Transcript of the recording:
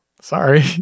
sorry